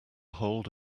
hold